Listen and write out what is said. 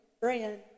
brand